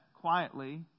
quietly